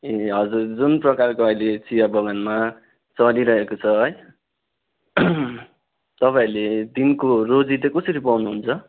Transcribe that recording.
ए हजुर जुन प्रकारको अहिले चिया बगानमा चलिरहेको छ है तपाईँहरूले दिनको रोजी चाहिँ कसरी पाउनु हुन्छ